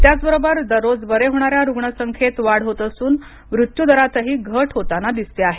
त्याच बरोबर दर रोज बरे होणाऱ्या रुग्ण संख्येत वाढ होत असून मृत्यू दरातही घट होताना दिसते आहे